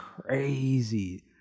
crazy